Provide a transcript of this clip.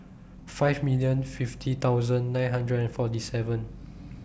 five million fifty thousand nine hundred and forty seven